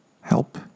help